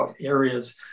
areas